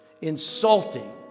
insulting